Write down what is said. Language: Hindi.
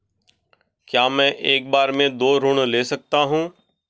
क्या मैं एक बार में दो ऋण ले सकता हूँ?